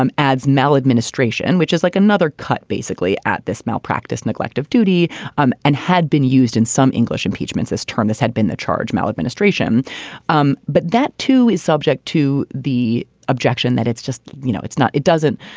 um adds maladministration, which is like another cut basically at this malpractice neglect of duty um and had been used in some english impeachments as turn. this had been the charge maladministration um but that, too, is subject to the objection that it's just you know, it's not it doesn't